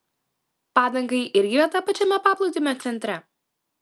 padangai irgi vieta pačiame paplūdimio centre